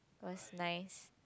was nice